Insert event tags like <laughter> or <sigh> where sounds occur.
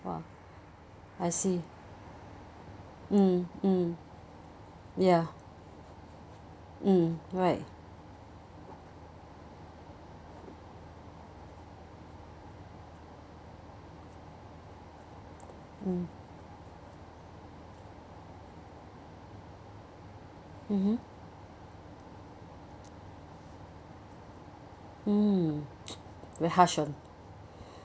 !wah! I see mm mm ya mm right mm mmhmm hmm <noise> very harsh